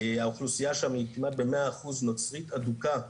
האוכלוסייה שם היא כמעט ב- 100% נוצרית אדוקה,